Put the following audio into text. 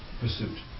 pursuit